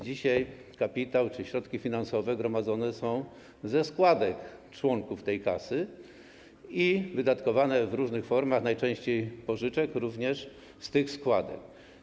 dzisiaj kapitał czy środki finansowe gromadzone są ze składek członków tej kasy i wydatkowane w różnych formach, najczęściej pożyczek, również z tych składek.